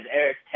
eric